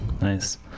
Nice